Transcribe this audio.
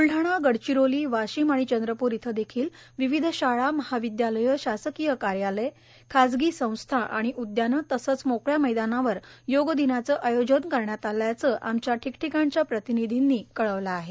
वुलढाणा गडचिरोली वाशिम आणि चंद्रपूर इथं देखिल विविध शाळा महाविद्यालयं शासकीय कार्यालय खाजगी संस्था आणि उद्यानं तसंच मोकळबा मैदानांवर योग दिनाचं आयोजन करण्यात आल्याचं आमच्या ठिकठिकाणच्या प्रतिनिधींनी कळवलं आहे